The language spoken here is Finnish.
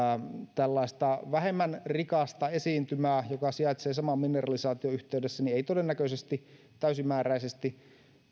tällaista vähemmän rikasta esiintymää joka sijaitsee saman mineralisaation yhteydessä ei todennäköisesti täysimääräisesti